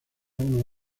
una